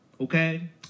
Okay